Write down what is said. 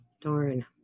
Darn